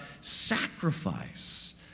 sacrifice